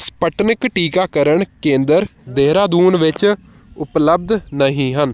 Sputnik ਟੀਕਾਕਰਨ ਕੇਂਦਰ ਦੇਹਰਾਦੂਨ ਵਿੱਚ ਉਪਲਬਧ ਨਹੀਂ ਹਨ